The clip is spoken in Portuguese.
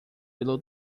pelo